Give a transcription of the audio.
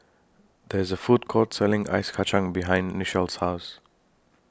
There IS A Food Court Selling Ice Kacang behind Nichelle's House